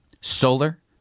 Solar